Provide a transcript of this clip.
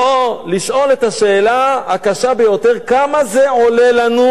או לשאול את השאלה הקשה ביותר: כמה זה עולה לנו?